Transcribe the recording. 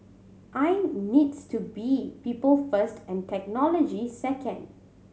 aI needs to be people first and technology second